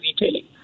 retailing